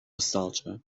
nostalgia